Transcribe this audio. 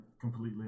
completely